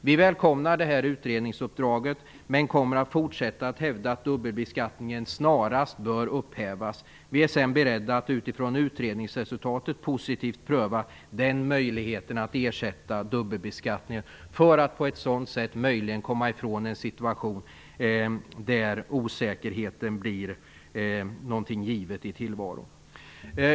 Vi välkomnar det här utredningsuppdraget men kommer att fortsätta att hävda att dubbelbeskattningen snarast bör upphävas. Vi är sedan beredda att utifrån utredningsresultatet positivt pröva möjligheten att ersätta dubbelbeskattningen för att på så sätt möjligen komma ifrån en situation där osäkerheten blir någonting givet i tillvaron.